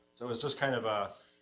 so it was just kind of a,